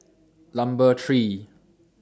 Number three